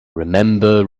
remember